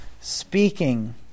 speaking